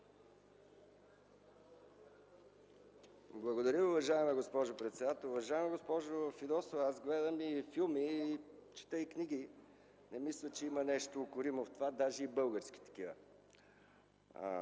Благодаря, уважаема госпожо председател. Уважаема госпожо Фидосова, аз гледам филми, чета и книги. Не мисля, че има нещо укоримо в това, даже и български да са.